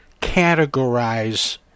categorize